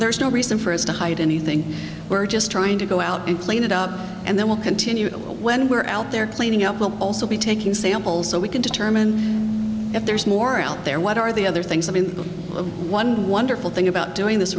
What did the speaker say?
there's no reason for us to hide anything we're just trying to go out and clean it up and then we'll continue when we're out there cleaning up we'll also be taking samples so we can determine if there's more out there what are the other things i mean one wonderful thing about doing this